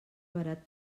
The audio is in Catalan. barat